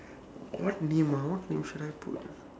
what name ah what name should I put